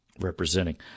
Representing